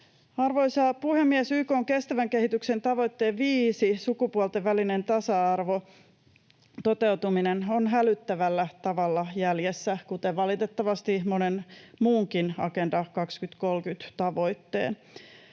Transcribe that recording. Arvoisa puhemies! YK:n kestävän kehityksen tavoitteen 5, sukupuolten välisen tasa-arvon, toteutuminen on hälyttävällä tavalla jäljessä, kuten valitettavasti monen muunkin Agenda 2030 ‑tavoitteen.